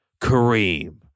Kareem